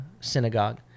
synagogue